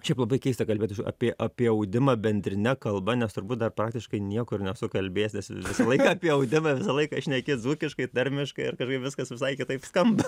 šiaip labai keista kalbėt apie apie audimą bendrine kalba nes turbūt dar praktiškai niekur nesu kalbėjęs visą laiką apie audimą visą laiką šneki dzūkiškai tarmiškai ir kažkaip viskas visai kitaip skamba